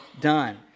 done